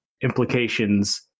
implications